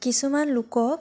কিছুমান লোকক